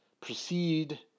proceed